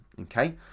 Okay